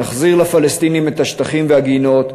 נחזיר לפלסטינים את השטחים ואת הגינות,